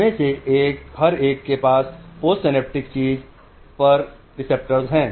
उनमें से हर एक के पास पोस्ट सिनैप्टिक चीज़ पर रिसेप्टर्स हैं